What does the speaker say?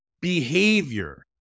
behavior